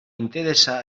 interesa